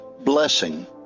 blessing